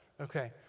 Okay